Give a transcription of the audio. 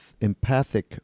empathic